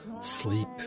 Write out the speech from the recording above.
sleep